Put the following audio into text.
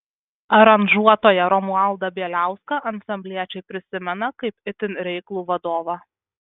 aranžuotoją romualdą bieliauską ansambliečiai prisimena kaip itin reiklų vadovą